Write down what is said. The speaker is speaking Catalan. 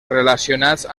relacionats